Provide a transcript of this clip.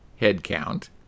headcount